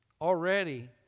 Already